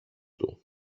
του